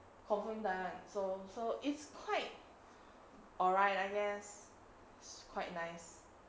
confirm die [one] so so it's quite alright I guess it's quite nice